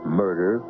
murder